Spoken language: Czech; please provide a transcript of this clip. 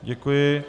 Děkuji.